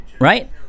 Right